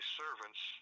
servants